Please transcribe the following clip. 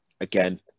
again